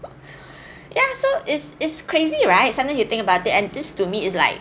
ya so it's it's crazy right sometime you think about it and this to me is like